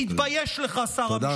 תתבייש לך, שר המשפטים.